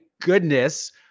goodness